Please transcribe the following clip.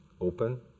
open